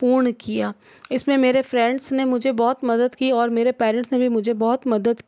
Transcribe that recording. पूर्ण किया इस में मेरे फ्रेंड्स ने मुझे बहुत मदद की और मेरे पैरंट्स ने भी मुझे बहुत मदद की